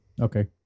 Okay